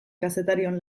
kazetarion